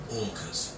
orcas